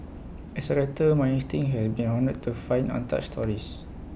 as A writer my instinct has been honed to find untouched stories